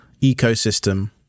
ecosystem